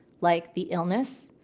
like the illness,